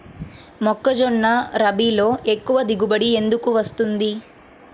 మొక్కజొన్న రబీలో ఎక్కువ దిగుబడి ఎందుకు వస్తుంది?